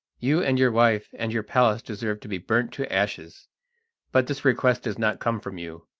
you and your wife and your palace deserve to be burnt to ashes but this request does not come from you,